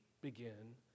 begin